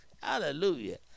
Hallelujah